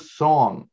song